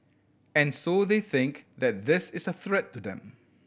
and so they think that this is a threat to them